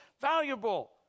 valuable